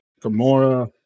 Gamora